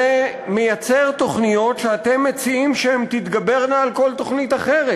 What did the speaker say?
זה מייצר תוכניות שאתם מציעים שהן תתגברנה על כל תוכנית אחרת,